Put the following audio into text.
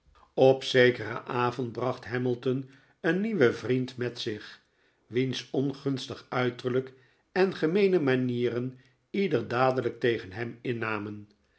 op zekeren avond bracht hamilton een nieuwen vriend met zich wiens ongunstig uiterlijk on gemeene manieren ieder dadelijk tegen hem innamen